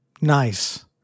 Nice